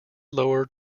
lower